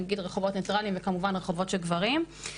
נגיד רחובות ניטרליים וכמובן רחובות של גברים,